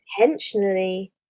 intentionally